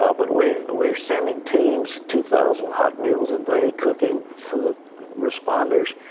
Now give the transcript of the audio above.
ah but we're we're sending teams, two thousand hot meals a day, cooking for the responders,